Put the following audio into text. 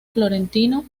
florentino